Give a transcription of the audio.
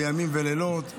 בימים ובלילות.